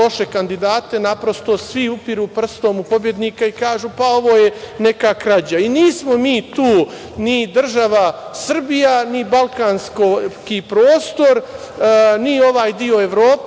loše kandidate. Naprosto svi upiru prstom u pobednike i kažu – pa, ovo je neka krađa. Nismo mi tu, ni država Srbija, ni balkanski prostor, ni ovaj deo Evrope